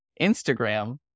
Instagram